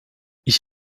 ich